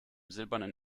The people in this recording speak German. silbernen